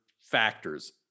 factors